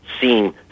seen